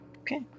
Okay